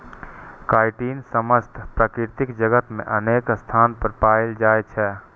chitin समस्त प्रकृति जगत मे अनेक स्थान पर पाएल जाइ छै